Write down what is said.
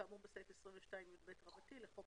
כאמור בסעיף 22יב לחוק